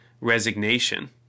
resignation